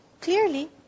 clearly